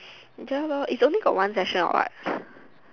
is just about is only got one session or what